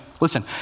Listen